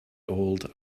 old